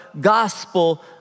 gospel